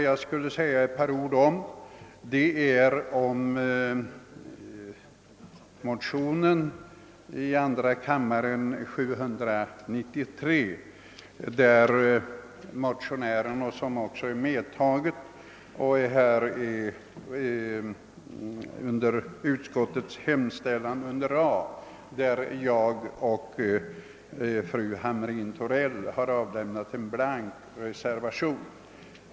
Jag skall bara säga ett par ord om motionen nr 793 i denna kammare. Vid utskottets hemställan under A har fru Hamrin-Thorell och jag avlämnat en blank reservation.